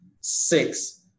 six